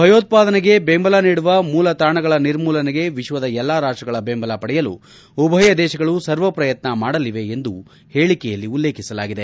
ಭಯೋತ್ವಾದನೆಗೆ ಬೆಂಬಲ ನೀಡುವ ಮೂಲ ತಾಣಗಳ ನಿರ್ಮೂಲನೆಗೆ ವಿಶ್ವದ ಎಲ್ಲಾ ರಾಷ್ಟ್ಗಳ ಬೆಂಬಲ ಪಡೆಯಲು ಉಭಯ ದೇಶಗಳು ಸರ್ವ ಪ್ರಯತ್ನ ಮಾಡಲಿವೆ ಎಂದು ಹೇಳಿಕೆಯಲ್ಲಿ ಉಲ್ಲೇಖಿಸಲಾಗಿದೆ